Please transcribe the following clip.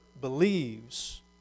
believes